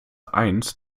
eins